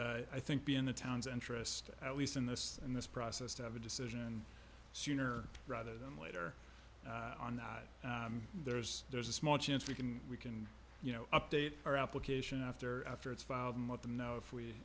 would i think be in the town's interest at least in this in this process to have a decision sooner rather than later on that there's there's a small chance we can we can you know update our application after after it's filed and let them know if we